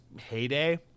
heyday